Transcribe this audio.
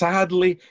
Sadly